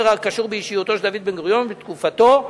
הקשור באישיותו של דוד בן-גוריון ובתקופתו,